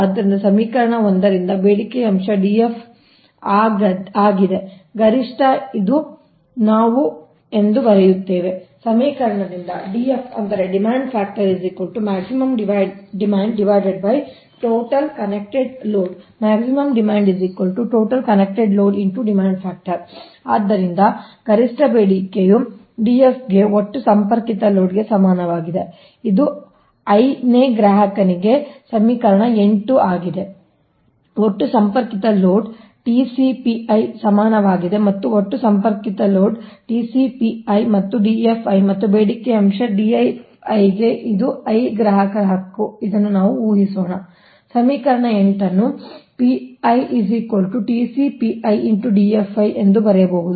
ಆದ್ದರಿಂದ ಸಮೀಕರಣ ಒಂದರಿಂದ ಬೇಡಿಕೆಯ ಅಂಶ DF ಆಗಿದೆ ಗರಿಷ್ಠ ಇದು ನಾವು ಬರೆಯುತ್ತಿರುವ ಸಮೀಕರಣದಿಂದ ಆದ್ದರಿಂದ ಗರಿಷ್ಠ ಬೇಡಿಕೆಯು DF ಗೆ ಒಟ್ಟು ಸಂಪರ್ಕಿತ ಲೋಡ್ ಗೆ ಸಮಾನವಾಗಿದೆ ಇದು iನೇ ಗ್ರಾಹಕನಿಗೆ ಸಮೀಕರಣ 8 ಆಗಿದೆ ಒಟ್ಟು ಸಂಪರ್ಕಿತ ಲೋಡ್ TCPi ಸಮಾನವಾಗಿದೆ ಮತ್ತು ಒಟ್ಟು ಸಂಪರ್ಕಿತ ಲೋಡ್ TCPi ಮತ್ತು DFi ಮತ್ತು ಬೇಡಿಕೆ ಅಂಶ DFi ಗೆ ಇದು i ಗ್ರಾಹಕರ ಹಕ್ಕು ಇದನ್ನು ನಾವು ಊಹಿಸೋಣ ಸಮೀಕರಣ ೮ ನ್ನು ಬರೆಯಬಹುದು